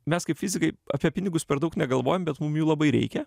mes kaip fizikai apie pinigus per daug negalvojam bet mum jų labai reikia